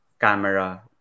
camera